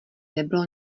nebylo